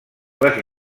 les